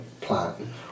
plan